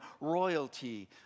royalty